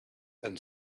and